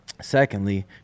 Secondly